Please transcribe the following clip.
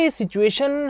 situation